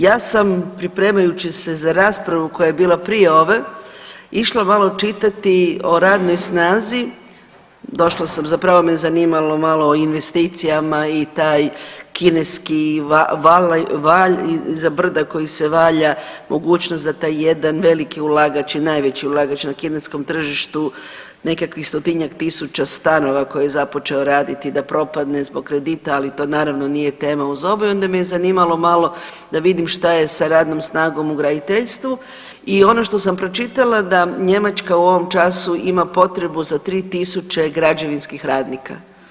Ja sam, pripremajuće se za raspravu koja je bila prije ove, išla malo čitati o radnoj snazi, došla sam, zapravo me zanima malo o investicijama i taj kineski val, valj iza brda koji se valja, mogućnost da taj jedan veliki ulagač i najveći ulagač na kineskom tržištu, nekakvih stotinjak tisuća stanova koje je započeo raditi da propadne zbog kredita, ali naravno, to nije tema uz ovo i onda me zanimalo malo da vidim šta je sa radnom snagu u graditeljstvu i ono što sam pročitala, da Njemačka u ovom času ima potrebe za 3000 građevinskih radnika.